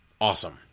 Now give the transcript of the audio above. awesome